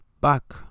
back